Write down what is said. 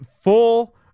full –